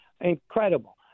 Incredible